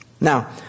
Now